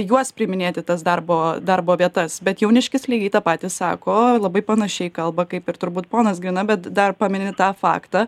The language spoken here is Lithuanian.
juos priiminėt į tas darbo darbo vietas bet jauniškis lygiai tą patį sako labai panašiai kalba kaip ir turbūt ponas grina bet dar pameni tą faktą